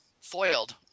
foiled